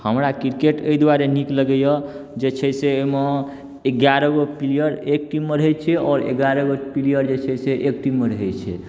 हमरा क्रिकेट एहि दुआरे नीक लगैया जे छै से एहिमे एगारह गो प्लयेर एक टीममे रहैत छै आओर एगारह गो प्लेयर जे छै से एक टीममे रहैत छै